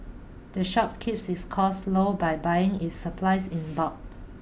the shop keeps its costs low by buying its supplies in bulk